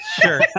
sure